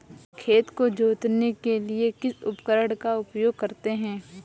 खेत को जोतने के लिए किस उपकरण का उपयोग करते हैं?